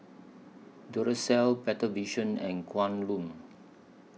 Duracell Better Vision and Kwan Loong